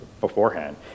beforehand